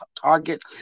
target